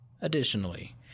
Additionally